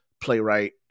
playwright